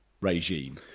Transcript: regime